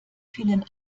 vielen